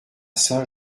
saint